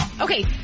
Okay